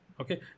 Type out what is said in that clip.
Okay